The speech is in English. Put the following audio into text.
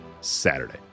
saturday